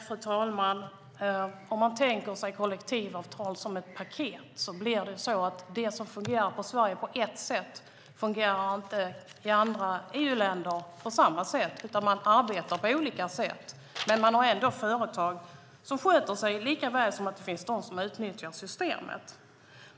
Fru talman! Om man tänker sig kollektivavtal som ett paket blir det så att det som fungerar på ett sätt i Sverige inte fungerar på samma sätt i andra EU-länder, utan man arbetar på olika sätt. Men man har ändå företag som sköter sig, precis som det finns de som utnyttjar systemet.